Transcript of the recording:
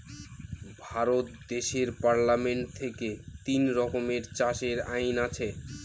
ভারত দেশের পার্লামেন্ট থেকে তিন রকমের চাষের আইন আছে